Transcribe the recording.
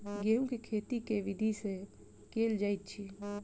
गेंहूँ केँ खेती केँ विधि सँ केल जाइत अछि?